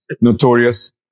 notorious